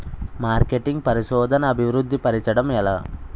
marketing పరిశోధనదా అభివృద్ధి పరచడం ఎలా